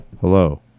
hello